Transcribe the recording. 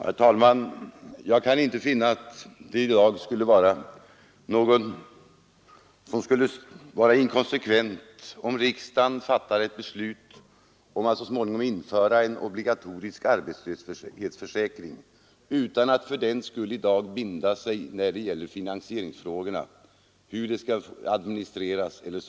Herr talman! Jag kan inte finna att det skulle vara inkonsekvent om riksdagen i dag fattade ett beslut om att så småningom införa en obligatorisk arbetslöshetsförsäkring utan att fördenskull i dag binda sig när det gäller finansieringsfrågorna eller administrationen.